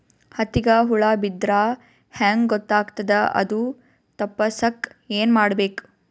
ಹತ್ತಿಗ ಹುಳ ಬಿದ್ದ್ರಾ ಹೆಂಗ್ ಗೊತ್ತಾಗ್ತದ ಅದು ತಪ್ಪಸಕ್ಕ್ ಏನ್ ಮಾಡಬೇಕು?